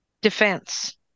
Defense